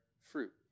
Fruit